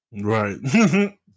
Right